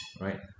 right